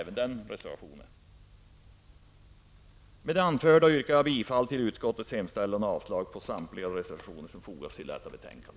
Med det anförda yrkar jag bifall till utskottets hemställan och avslag på samtliga reservationer som fogats till detta betänkande.